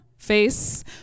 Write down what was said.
face